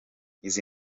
izi